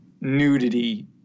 nudity